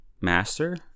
master